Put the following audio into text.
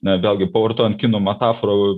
ne vėlgi pavartojant kinų metaforą